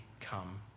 come